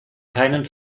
keinen